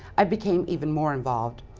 i became even more involved.